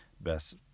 best